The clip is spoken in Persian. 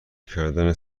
کردن